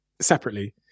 separately